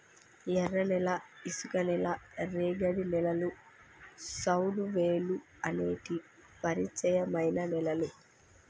ఎర్రనేల, ఇసుక నేల, రేగడి నేలలు, సౌడువేలుఅనేటి పరిచయమైన నేలలు